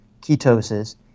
ketosis